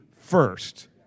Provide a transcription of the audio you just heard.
first